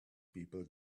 people